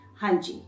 Hanji